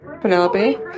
Penelope